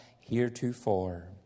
heretofore